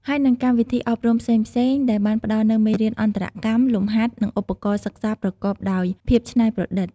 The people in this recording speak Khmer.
ហើយនិងកម្មវិធីអប់រំផ្សេងៗ ដែលបានផ្តល់នូវមេរៀនអន្តរកម្ម លំហាត់ និងឧបករណ៍សិក្សាប្រកបដោយភាពច្នៃប្រឌិត។